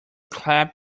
clap